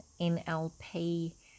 NLP